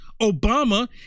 Obama